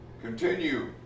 continue